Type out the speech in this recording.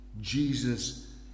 Jesus